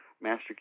Master